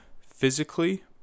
physically